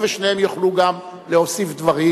ושניהם יוכלו גם להוסיף דברים.